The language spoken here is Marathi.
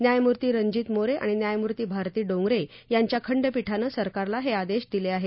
न्यायमूर्ती रंजित मोरे आणि न्यायमूर्ती भारती डोंगरे यांच्या खंडपीठानं सरकारला हे आदेश दिले आहेत